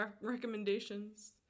recommendations